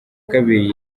kabiri